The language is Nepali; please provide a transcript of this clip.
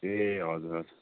ए हजुर हजुर